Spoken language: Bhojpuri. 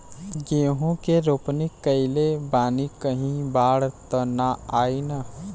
गेहूं के रोपनी कईले बानी कहीं बाढ़ त ना आई ना?